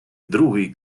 другий